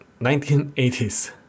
1980s